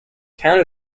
town